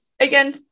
again